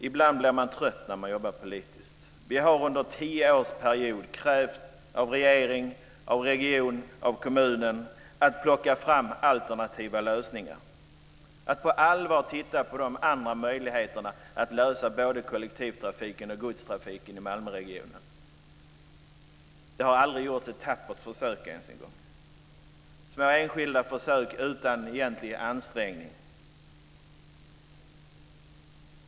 Ibland blir man trött när man jobbar politiskt. Vi har under tio års tid av regeringen, av regionen och av kommunen krävt att man ska plocka fram alternativa lösningar och på allvar titta på de andra möjligheter som finns att lösa problemen med både kollektivtrafiken och godstrafiken i Malmöregionen. Det har aldrig ens gjorts ett tappert försök, bara skilda försök utan någon egentlig ansträngning.